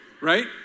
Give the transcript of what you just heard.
right